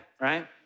right